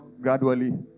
gradually